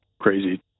crazy